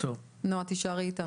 נועה תישארי איתנו.